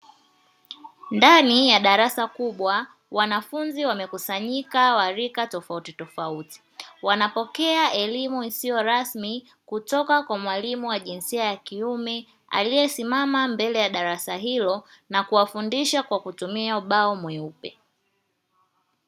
Ndani ya darasa kubwa, wanafunzi wamekusanyika wa rika tofauti tofauti, wanapokea elimu isiyo rasmi kutoka kwa mwalimu wa jinsia ya kiume, aliye simama mbele ya darasa hilo, na kuwafundisha kwa kutumia ubao mweupe.